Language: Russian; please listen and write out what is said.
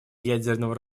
ядерного